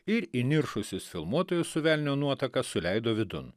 ir įniršusius filmuotojus su velnio nuotaka suleido vidun